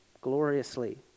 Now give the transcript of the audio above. gloriously